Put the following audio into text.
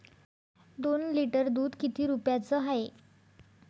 दोन लिटर दुध किती रुप्याचं हाये?